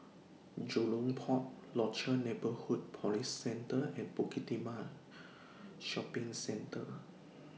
Jurong Port Rochor Neighborhood Police Centre and Bukit Timah Shopping Centre